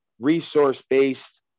resource-based